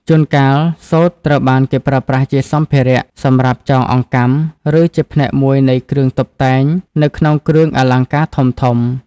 ជួនកាល សូត្រត្រូវបានគេប្រើប្រាស់ជាសម្ភារៈសម្រាប់ចងអង្កាំ ឬជាផ្នែកមួយនៃគ្រឿងតុបតែងនៅក្នុងគ្រឿងអលង្ការធំៗ។